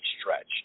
stretch